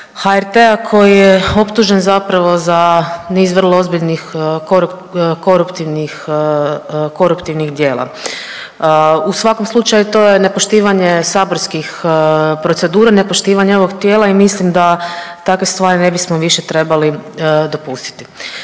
HRT-a koji je optužen zapravo za niz vrlo ozbiljnih koruptivnih, koruptivnih djela. U svakom slučaju, to je nepoštivanje saborskih procedura, nepoštivanje ovog tijela i mislim da takve stvari ne bismo više trebali dopustiti.